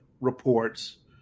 reports